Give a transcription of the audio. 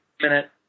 minute